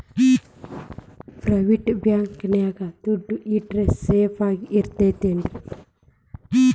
Private bank ನ್ಯಾಗ್ ದುಡ್ಡ ಇಟ್ರ ಸೇಫ್ ಇರ್ತದೇನ್ರಿ?